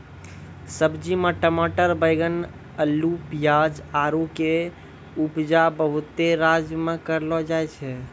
सब्जी मे टमाटर बैगन अल्लू पियाज आरु के उपजा बहुते राज्य मे करलो जाय छै